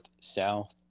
South